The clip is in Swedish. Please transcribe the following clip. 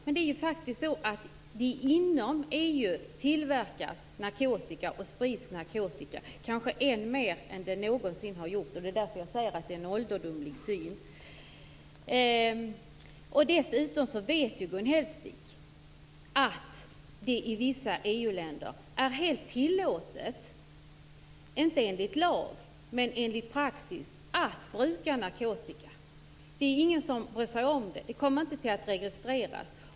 Men inom EU tillverkas och sprids faktiskt narkotika, kanske än mer än någonsin tidigare. Det är därför som jag säger att det är ett ålderdomligt synsätt på narkotikafrågan. Dessutom vet Gun Hellsvik att det i vissa EU länder är helt tillåtet, inte enligt lag men enligt praxis, att bruka narkotika. Det är ingen som bryr sig om det. Det kommer inte att registreras.